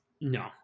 no